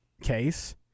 case